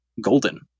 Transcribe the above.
golden